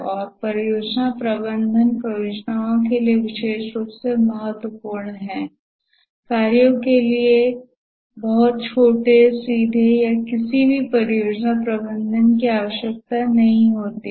और परियोजना प्रबंधन परियोजनाओं के लिए विशेष रूप से महत्वपूर्ण है कार्यों के लिए बहुत छोटे सीधे किसी भी परियोजना प्रबंधन की आवश्यकता नहीं होती है